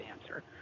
answer